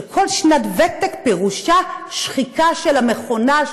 להן כל שנת ותק פירושה שחיקה של המכונה,